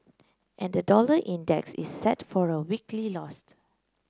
and the dollar index is set for a weekly lost